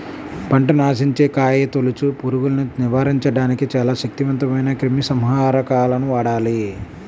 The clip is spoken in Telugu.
పంటను ఆశించే కాయతొలుచు పురుగుల్ని నివారించడానికి చాలా శక్తివంతమైన క్రిమిసంహారకాలను వాడాలి